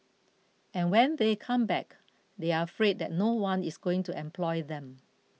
and when they come back they are afraid that no one is going to employ them